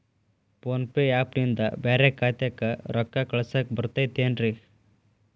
Phone pay app ನಿಂದ ಬ್ಯಾರೆ ಖಾತೆಕ್ ರೊಕ್ಕಾ ಕಳಸಾಕ್ ಬರತೈತೇನ್ರೇ?